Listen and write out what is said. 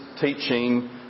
teaching